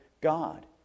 God